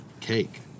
cake